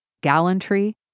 gallantry